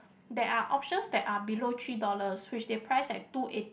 there are options that are below three dollars which they price at two eighty